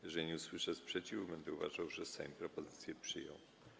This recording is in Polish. Jeżeli nie usłyszę sprzeciwu, będę uważał, że Sejm propozycję przyjął.